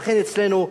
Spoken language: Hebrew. לכן אצלנו,